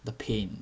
the pain